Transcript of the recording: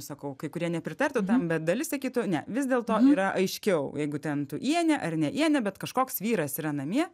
sakau kai kurie nepritartų tam bet dalis sakytų ne vis dėlto yra aiškiau jeigu ten tu ienė ar ne ienė bet kažkoks vyras yra namie